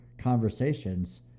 conversations